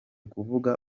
kuvuga